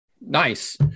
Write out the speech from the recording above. Nice